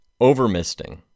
Overmisting